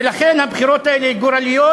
ולכן הבחירות האלה הן גורליות,